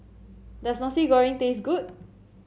does Nasi Goreng taste good